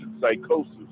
psychosis